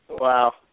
Wow